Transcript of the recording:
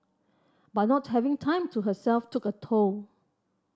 but not having time to herself took a toll